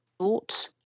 thought